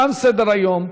תם סדר-היום.